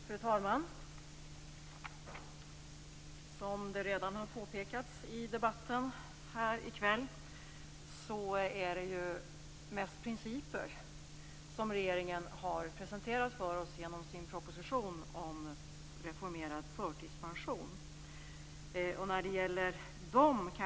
Fru talman! Som redan har påpekats i debatten här i kväll är det mest principer som regeringen har presenterat för oss genom sin proposition om reformerad förtidspension.